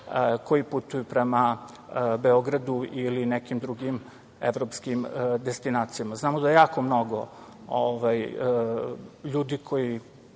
koji putuju prema Beogradu ili nekim drugim evropskim destinacijama. Znamo da mnogo ljudi koji